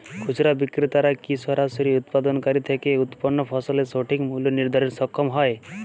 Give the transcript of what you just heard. খুচরা বিক্রেতারা কী সরাসরি উৎপাদনকারী থেকে উৎপন্ন ফসলের সঠিক মূল্য নির্ধারণে সক্ষম হয়?